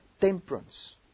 temperance